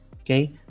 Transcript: okay